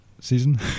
season